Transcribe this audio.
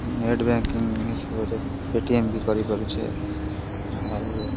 net banking ହିସାବରେ Paytm ବି କରିପାରୁଛେ ଆଉ